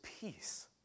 peace